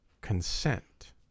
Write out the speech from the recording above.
consent